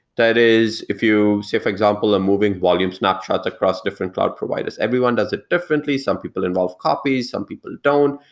that is if you say, for example, a moving volumes snapshot across different cloud providers. everyone does it differently. some people involve copies. some people don't.